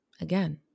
Again